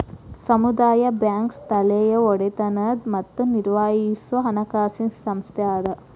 ಸಮುದಾಯ ಬ್ಯಾಂಕ್ ಸ್ಥಳೇಯ ಒಡೆತನದ್ ಮತ್ತ ನಿರ್ವಹಿಸೊ ಹಣಕಾಸಿನ್ ಸಂಸ್ಥೆ ಅದ